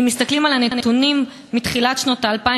אם מסתכלים על הנתונים מתחילת שנות האלפיים